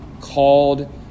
called